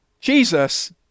Jesus